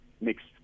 mixed